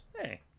Hey